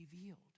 revealed